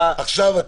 עכשיו אתה.